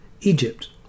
Egypt